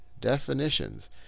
definitions